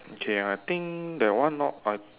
okay I think that one not